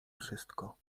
wszystko